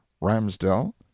ramsdell